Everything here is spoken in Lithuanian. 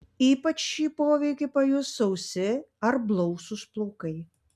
ypač šį poveikį pajus sausi ar blausūs plaukai